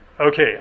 Okay